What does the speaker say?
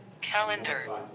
Calendar